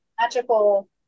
magical